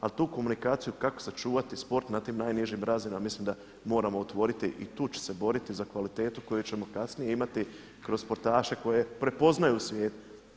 Ali tu komunikaciju kako sačuvati sport na tim najnižim razinama mislim da moramo otvoriti i tu ću se boriti za kvalitetu koju ćemo kasnije imati kroz sportaše koje prepoznaju u svijetu.